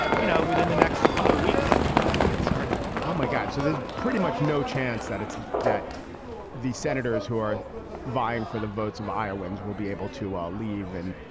you know, within the next couple of weeks the trial to get started. oh, my god so there's pretty much no chance that it's that these senators who are vying for the votes of iowans will be able to ah leave and,